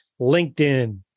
LinkedIn